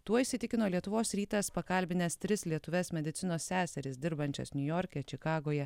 tuo įsitikino lietuvos rytas pakalbinęs tris lietuves medicinos seseris dirbančias niujorke čikagoje